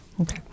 Okay